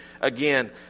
again